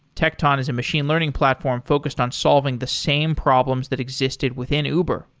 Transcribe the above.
tecton is a machine learning platform focused on solving the same problems that existed within uber.